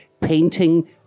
painting